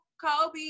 kobe